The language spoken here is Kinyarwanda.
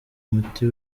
umuti